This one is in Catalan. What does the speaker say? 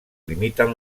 limiten